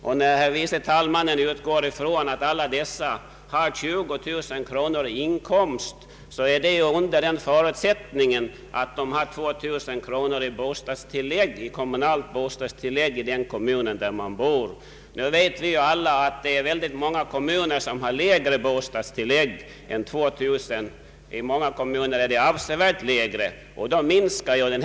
Och när herr förste vice talmannen utgår ifrån att alla dessa har 20 000 kronor i inkomst, så är det ju under den förutsättningen att de har 2000 kronor i kommunalt bostadstilllägg. Nu vet vi alla att i många kommuner är bostadstilläggen lägre än 2 000 kronor — i många kommuner till och med avsevärt lägre.